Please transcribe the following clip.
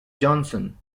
johnson